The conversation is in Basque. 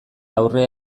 aurre